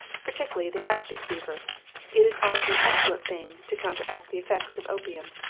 particularly the hectic fever it is also an excellent thing to counteract the effects of opium.